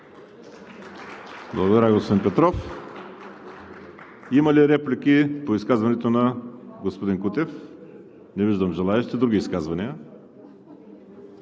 Благодаря, господин Петров. Има ли реплики по изказването на господин Кутев? Не виждам желаещи. Други изказвания?